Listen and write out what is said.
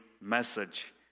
message